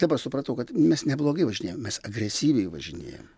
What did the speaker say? dabar supratau kad mes neblogai važinėjam mes agresyviai važinėjam